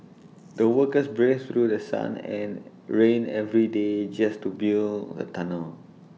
the workers braved through The Sun and rain every day just to build A tunnel